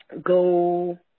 Go –